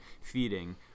feeding